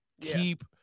Keep